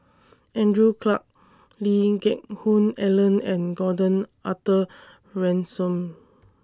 Andrew Clarke Lee Geck Hoon Ellen and Gordon Arthur Ransome